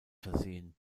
versehen